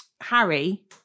Harry